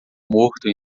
morto